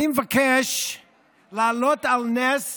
אני מבקש להעלות על נס